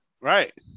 Right